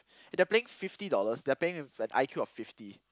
if they're paying fifty dollars they are paying with an I_Q of fifty